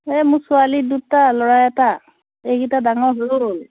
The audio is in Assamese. এই মোৰ ছোৱালী দুটা ল'ৰা এটা এইকেইটা ডাঙৰ হ'ল